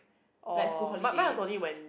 oh but mine was only when